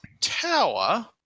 tower